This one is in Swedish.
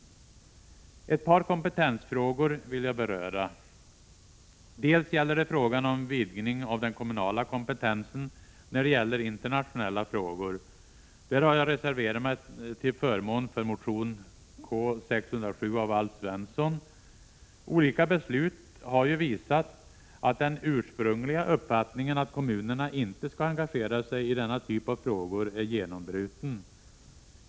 Ett par kompetensfrågor vill jag beröra. Det gäller till att börja med frågan om utvidgning av den kommunala kompetensen när det gäller internationella frågor. Där har jag reserverat mig till förmån för motion K607 av Alf Svensson. Olika beslut har ju visat att den ursprungliga uppfattningen att kommunerna inte skall engagera sig i denna typ av frågor är genombruten.